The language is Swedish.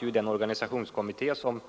I den organisationskommitté som